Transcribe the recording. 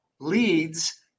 Leads